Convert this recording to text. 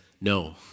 no